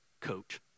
coach